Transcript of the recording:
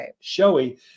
showy